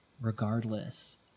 regardless